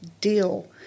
deal